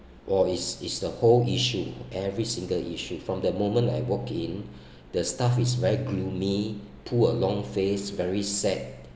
oh is is the whole issue every single issue from the moment I walk in the staff is very gloomy pull a long face very sad